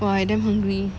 !wah! I damn hungry